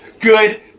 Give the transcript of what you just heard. good